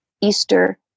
Easter